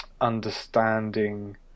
understanding